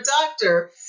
doctor